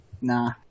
nah